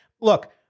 look